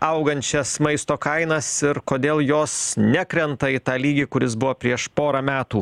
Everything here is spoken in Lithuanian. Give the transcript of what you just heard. augančias maisto kainas ir kodėl jos nekrenta į tą lygį kuris buvo prieš porą metų